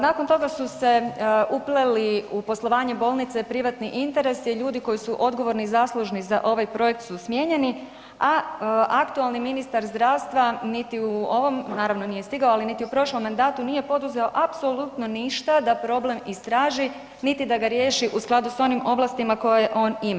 Nakon toga su se upleli u poslovanje bolnice privatni interesi, ljudi koji su odgovorni i zaslužni za ovaj projekt su smijenjeni, a aktualni ministar zdravstva niti u ovom, naravno, nije stigao, ali niti u prošlom mandatu nije poduzeo apsolutno ništa da problem istraži niti da ga riješi u skladu s onim ovlastima koje on ima.